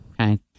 Okay